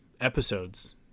episodes